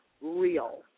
real